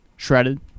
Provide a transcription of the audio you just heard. Shredded